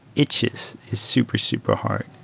itches is super, super hard.